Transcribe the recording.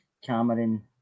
Cameron